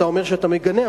אתה אומר שאתה מגנה,